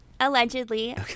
Allegedly